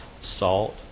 salt